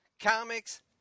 comics